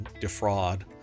defraud